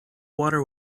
water